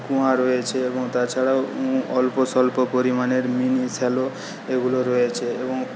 কুঁয়া রয়েছে এবং তাছাড়াও অল্পস্বল্প পরিমাণের মিনি স্যালো এগুলো রয়েছে